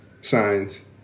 signs